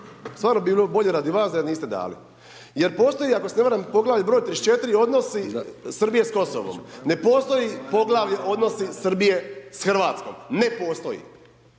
Stvarno bilo bi bolje radi vas da je niste dali. Jer postoji ako se ne varam poglavlje br. 34. odnosi Srbije sa Kosovom. Ne postoji poglavlje odnosi Srbije s Hrvatskom, ne postoji.